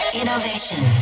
innovation